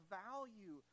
value